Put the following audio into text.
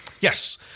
Yes